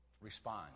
respond